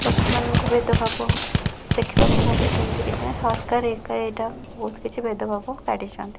ଲୋକମାନଙ୍କ ଭେଦଭାବ ଦେଖିବାକୁ ଗଲେ ସେମିତି କିଛି ନାହିଁ ସରକାର ଏକା ଏଇଟା ବହୁତ କିଛି ଭେଦଭାବ କାଢ଼ିଛନ୍ତି